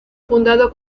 fundado